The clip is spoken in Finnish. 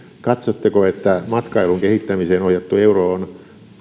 katsotteko että matkailun kehittämiseen ohjattu euro on